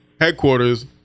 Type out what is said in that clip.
headquarters